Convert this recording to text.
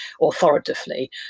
authoritatively